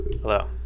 Hello